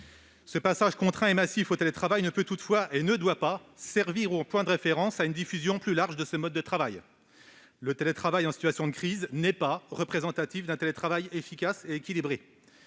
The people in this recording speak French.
Ce passage contraint et massif au télétravail ne doit toutefois pas servir de référence à une diffusion plus large de ce mode de travail. Le télétravail en situation de crise n'est pas représentatif d'un télétravail efficace et équilibré.